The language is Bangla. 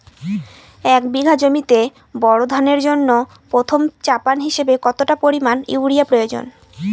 এক বিঘা জমিতে বোরো ধানের জন্য প্রথম চাপান হিসাবে কতটা পরিমাণ ইউরিয়া প্রয়োজন?